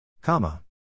Comma